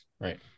Right